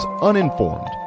uninformed